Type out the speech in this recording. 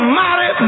mighty